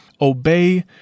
obey